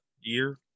year